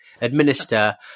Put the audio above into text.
administer